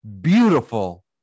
beautiful